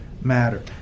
matter